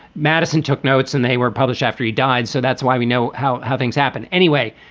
madison took notes and they were published after he died. so that's why we know how how things happened. anyway,